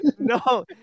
No